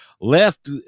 left